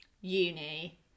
uni